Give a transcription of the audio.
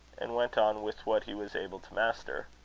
and went on with what he was able to master.